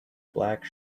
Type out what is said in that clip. black